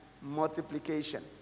multiplication